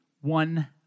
one